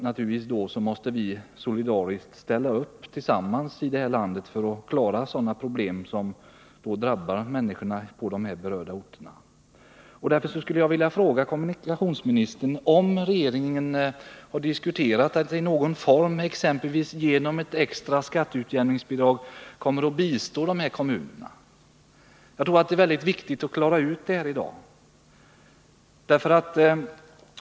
Naturligtvis måste vi alla tillsammans i det här landet solidariskt ställa upp för att klara sådana problem som drabbar människorna på de berörda orterna. Därför skulle jag vilja fråga kommunikationsministern om regeringen har diskuterat att i någon form, exempelvis genom ett extra skatteutjämningsbidrag, bistå dessa kommuner. Jag tror att det är väldigt viktigt att klara ut detta i dag.